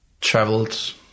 traveled